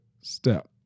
step